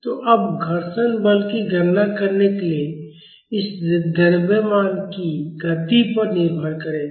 तो अब घर्षण बल की गणना करने के लिए यह इस द्रव्यमान की गति पर निर्भर करेगा